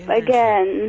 again